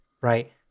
right